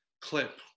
clip